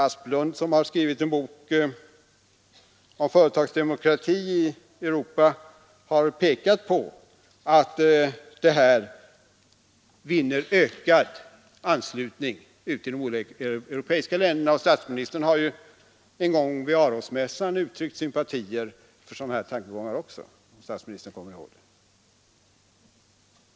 Asplund, som har skrivit en bok om företagsdemokrati i Europa, har pekat på att vinstandelssystemet vinner ökad anslutning i de olika europeiska länderna, och statsministern har också en gång vid Arosmässan uttryckt sympatier för sådana tankegångar, om han nu kommer ihåg det.